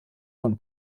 von